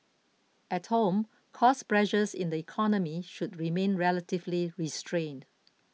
at home cost pressures in the economy should remain relatively restrained